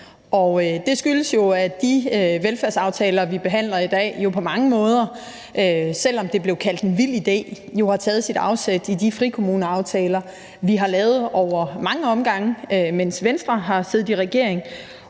Det skyldes jo, at de velfærdsaftaler, vi behandler i dag, på mange måder – selv om det blev kaldt en vild idé – har taget afsæt i de frikommuneaftaler, vi har lavet ad mange omgange, mens Venstre har siddet i regering,